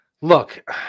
Look